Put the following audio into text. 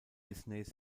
disneys